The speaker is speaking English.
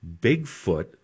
bigfoot